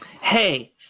Hey